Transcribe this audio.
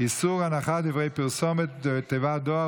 לוועדת הבריאות נתקבלה.